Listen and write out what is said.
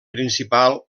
principal